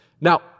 Now